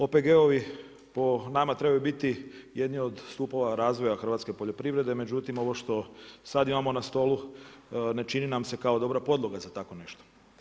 OPG-ovi po nama trebaju biti jedni od stupova razvoja hrvatske poljoprivrede, međutim ovo što sad imamo na stolu ne čini nam se kao dobra podloga za tako nešto.